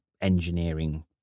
engineering